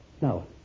No